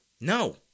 No